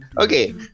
Okay